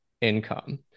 income